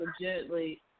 legitimately